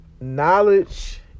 Knowledge